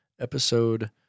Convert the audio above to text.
episode